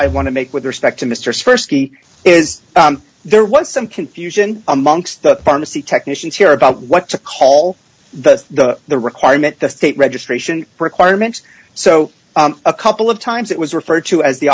i want to make with respect to mr scarcity is there was some confusion amongst the pharmacy technicians here about what to call the the requirement the state registration requirements so a couple of times it was referred to as the